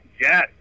yes